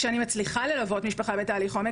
כשאני מצליחה ללוות משפחה בטיפול עומק,